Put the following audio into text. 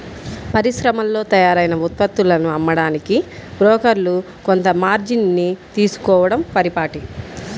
పరిశ్రమల్లో తయారైన ఉత్పత్తులను అమ్మడానికి బ్రోకర్లు కొంత మార్జిన్ ని తీసుకోడం పరిపాటి